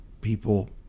People